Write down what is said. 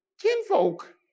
Kinfolk